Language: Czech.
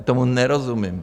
Tomu nerozumím.